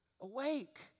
Awake